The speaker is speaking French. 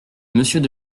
monsieur